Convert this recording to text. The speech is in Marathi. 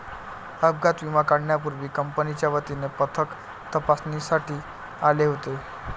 अपघात विमा काढण्यापूर्वी कंपनीच्या वतीने पथक तपासणीसाठी आले होते